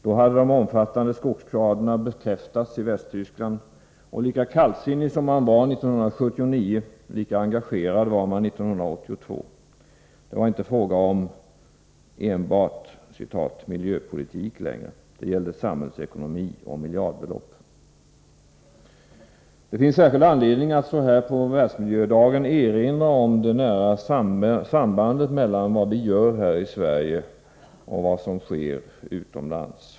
Då hade de omfattande skogsskadorna bekräftats i Västtyskland, och lika kallsinnig som man var 1979, lika engagerad var man 1982 — det var inte fråga om ”enbart” miljöpolitik, utan det gällde samhällsekonomi och miljardbelopp. Det finns särskild anledning att så här på Världsmiljödagen erinra om det nära sambandet mellan vad vi gör här i Sverige och vad som sker utomlands.